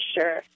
sure